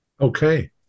Okay